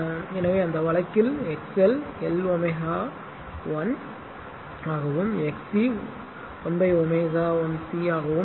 எனவே அந்த வழக்கில் XL L ω 1 ஆகவும் XC 1ω 1 C ஆகவும் இருக்கும்